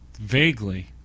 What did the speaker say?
Vaguely